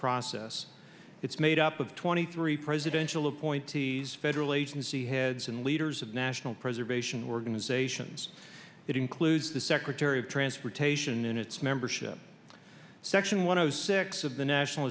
process it's made up of twenty three presidential appointees federal agency heads and leaders of national preservation organizations that includes the secretary of transportation in its membership section one of six of the national